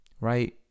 right